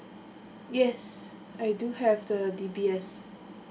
yes I do have the D_B_S